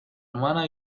hermana